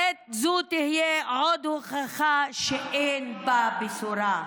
זאת תהיה עוד הוכחה שאין בה בשורה,